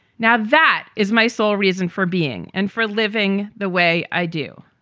now, that is my sole reason for being and for living the way i do.